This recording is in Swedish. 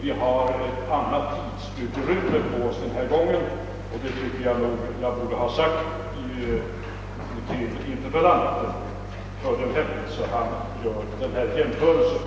Vi har alltså ett annat tidsutrymme denna gång. Jag vill göra detta klart för interpellanten när han gör denna jämförelse.